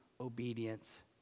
obedience